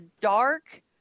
dark